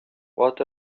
what